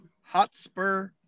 Hotspur